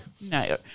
no